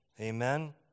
Amen